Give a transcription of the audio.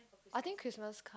I think Christmas